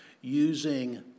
using